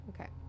Okay